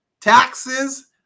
taxes